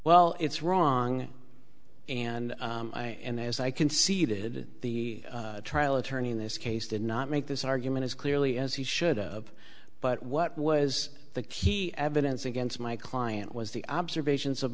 well it's wrong and and as i can see that the trial attorney in this case did not make this argument as clearly as he should of but what was the key evidence against my client was the observations of